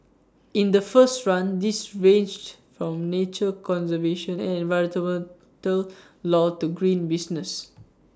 in the first run these ranged from nature conservation and environmental law to green businesses